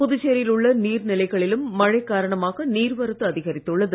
புதுச்சேரியில் உள்ள நீர்நிலைகளிலும் மழை காரணமாக நீர்வரத்து அதிகரித்துள்ளது